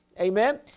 Amen